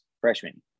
freshmen